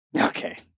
Okay